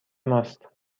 ماست